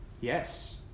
Yes